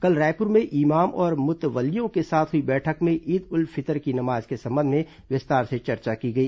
कल रायपुर में ईमाम और मुतवल्लियों के साथ हुई बैठक में ईद उल फितर की नमाज के संबंध में विस्तार से चर्चा की गई